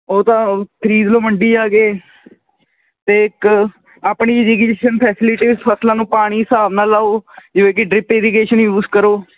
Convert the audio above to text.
ਉਹ ਤਾਂ ਓ ਖਰੀਦ ਲਓ ਮੰਡੀ ਜਾ ਕੇ ਅਤੇ ਇਕ ਆਪਣੀ ਇਰੀਗੇਸ਼ਨ ਫੈਸੀਲਿਟੀ ਫ਼ਸਲਾਂ ਨੂੰ ਪਾਣੀ ਹਿਸਾਬ ਨਾਲ ਲਾਓ ਜਿਵੇਂ ਕਿ ਡਰਿੱਪ ਇਰੀਗੇਸ਼ਨ ਯੂਜ਼ ਕਰੋ